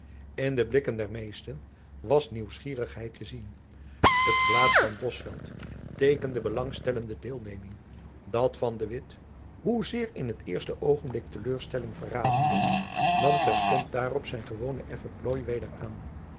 in de blikken der meesten was nieuwsgierigheid te zien het gelaat van bosveldt teekende belangstellende deelneming dat van de witt hoezeer in t eerste oogenblik teleur stelling verradende nam terstond daarop zijn gewonen effen plooi weder aan